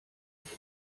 sich